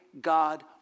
God